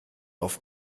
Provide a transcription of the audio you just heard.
auf